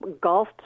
golf